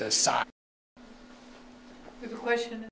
the question